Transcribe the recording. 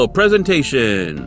presentation